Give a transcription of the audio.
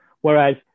Whereas